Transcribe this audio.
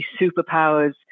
superpowers